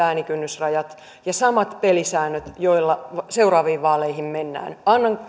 äänikynnysrajat ja samat pelisäännöt joilla seuraaviin vaaleihin mennään